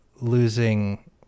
losing